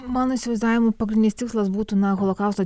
mano įsivaizdavimu pagrindinis tikslas būtų na holokausto